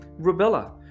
rubella